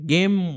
Game